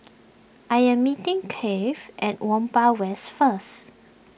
I am meeting Keith at Whampoa West first